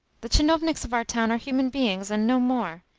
the tchinovniks of our town are human beings, and no more.